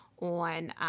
on